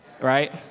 right